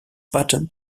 patents